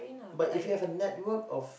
but if you have a network of